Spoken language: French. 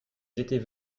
étaient